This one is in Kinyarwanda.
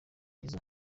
cyiza